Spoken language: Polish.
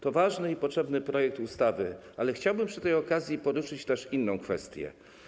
To ważny i potrzebny projekt ustawy, ale chciałabym przy tej okazji poruszyć też inną kwestię.